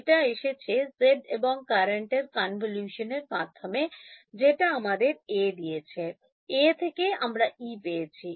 এটা এসেছে G এবং current এর convolution এর মাধ্যমে যেটা আমাদের A দিয়েছে A থেকে আমরা E পেয়েছি